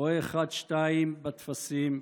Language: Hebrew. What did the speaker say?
הורה 1 ו-2 בטפסים,